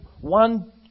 one